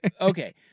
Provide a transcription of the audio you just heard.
Okay